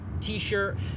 t-shirt